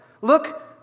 look